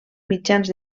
mitjans